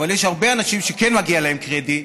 אבל יש הרבה אנשים שכן מגיע להם קרדיט,